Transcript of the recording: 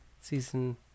Season